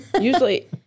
Usually